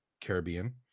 Caribbean